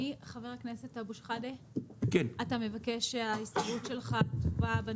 הצבעה בעד 1 נגד 3 לא משתתף 1 לא אושר.